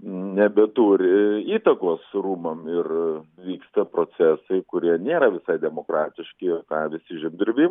nebeturi įtakos rūmam ir vyksta procesai kurie nėra visai demokratiški ką visi žemdirbiai